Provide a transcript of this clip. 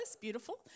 Beautiful